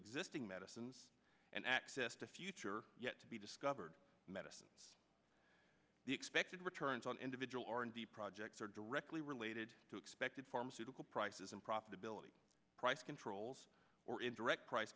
existing medicines and access to future yet to be discovered medicine the expected returns on individual or in the projects are directly related to expected pharmaceutical prices and profitability price controls or indirect price